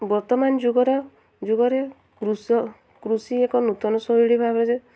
ବର୍ତ୍ତମାନ ଯୁଗର ଯୁଗରେ କୃଷି କୃଷି ଏକ ନୂତନ ଶୈଳୀ ଭାବରେ